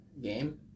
game